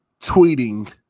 tweeting